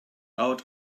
out